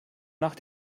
nach